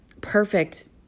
perfect